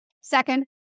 Second